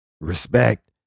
respect